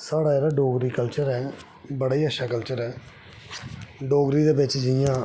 साढ़ा जेह्ड़ा डोगरी कल्चर ऐ बड़ा गै अच्छा कल्चर ऐ डोगरी दे बिच्च जि'यां